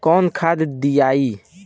कौन खाद दियई?